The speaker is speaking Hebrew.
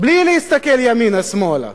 בלי להסתכל ימינה ושמאלה.